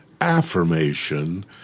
affirmation